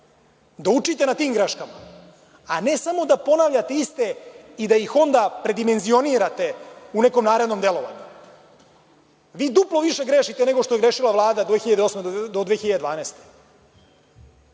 da učite na tim greškama, a ne samo da ponavljate iste i da ih onda predimenzionirate u nekom narednom delovanju. Vi duplo više grešite nego što je grešila Vlada od 2008. do 2012.